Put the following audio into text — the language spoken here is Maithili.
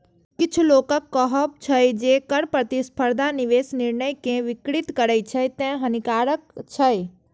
किछु लोकक कहब छै, जे कर प्रतिस्पर्धा निवेश निर्णय कें विकृत करै छै, तें हानिकारक छै